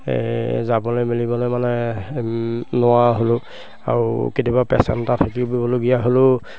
যাবলৈ মেলিবলৈ মানে নোৱাৰা হ'লোঁ আৰু কেতিয়াবা পেচেণ্ট এটা থাকিবলগীয়া হ'লেও